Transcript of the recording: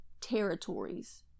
territories